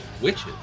witches